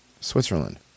Switzerland